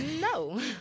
No